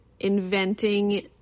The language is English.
inventing